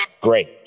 great